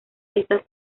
esta